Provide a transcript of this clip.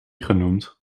genoemd